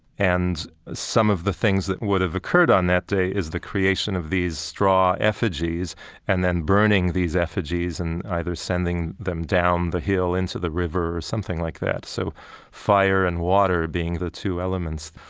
and some of the things that would have occurred on that day is the creation of these straw effigies and then burning these effigies and either sending them down the hill into the river or something like that. so fire and water being the two elements.